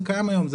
זה קיים היום.